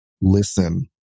listen